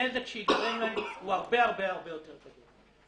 הנזק שייגרם להם הוא הרבה הרבה יותר גרוע.